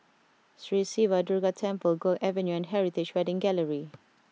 Sri Siva Durga Temple Guok Avenue and Heritage Wedding Gallery